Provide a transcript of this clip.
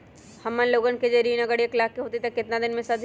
हमन लोगन के जे ऋन अगर एक लाख के होई त केतना दिन मे सधी?